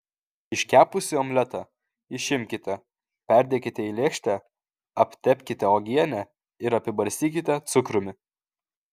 iškepusį omletą išimkite perdėkite į lėkštę aptepkite uogiene ir apibarstykite cukrumi